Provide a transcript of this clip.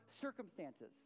circumstances